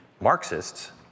Marxists